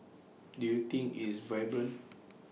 do you think it's vibrant